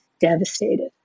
devastated